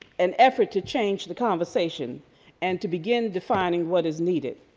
an effort to change the conversation and to begin defining what is needed.